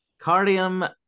Cardium